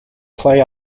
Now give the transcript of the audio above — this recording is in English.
play